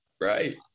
Right